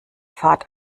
fahrt